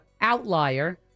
outlier